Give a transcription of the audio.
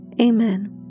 Amen